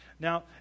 Now